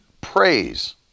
praise